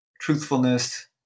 truthfulness